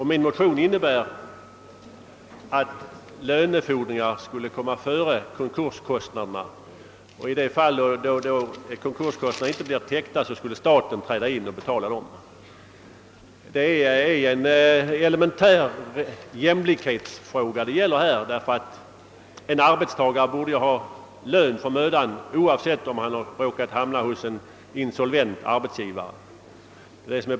Min motion innebär att lönefordringar skulle komma före konkurskostnaderna, och i de fall då konkurskostnaderna inte blir täckta skulle staten träda in och betala dem. Det gäller en elementär jämlikhetsfråga, eftersom en arbetstagare borde få lön för mödan oavsett om han har hamnat hos en insolvent arbetsgivare.